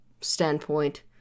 standpoint